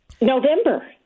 November